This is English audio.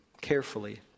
carefully